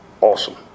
Awesome